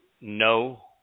no